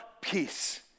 peace